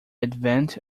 advent